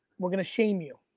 we're gonna shame you,